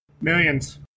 Millions